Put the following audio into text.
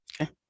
Okay